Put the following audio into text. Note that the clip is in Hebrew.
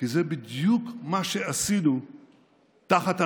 כי זה בדיוק מה שעשינו תחת הנהגתנו.